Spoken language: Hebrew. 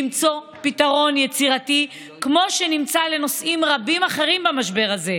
למצוא פתרון יצירתי כמו שנמצא לנושאים רבים אחרים במשבר הזה,